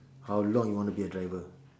how long you want to be a driver